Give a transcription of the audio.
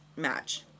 Match